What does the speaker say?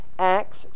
Acts